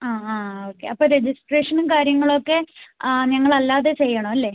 ആ ആ ഓക്കേ അപ്പോൾ രജിസ്ട്രേഷനും കാര്യങ്ങളുമൊക്കെ ഞങ്ങൾ അല്ലാതെ ചെയ്യണം അല്ലേ